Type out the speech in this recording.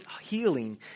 healing